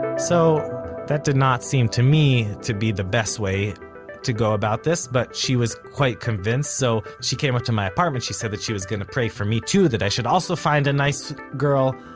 and so that did not seem to me to be the best way to go about this but she was quite convinced so, she came up to my apartment, she said that she was going to pray for me too that i should also find a nice girl,